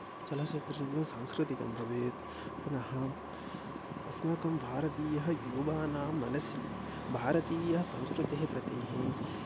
चलचित्रं सांस्कृतिकं भवेत् पुनः अस्माकं भारतीयः युवानां मनसि भारतीय संस्कृतिं प्रति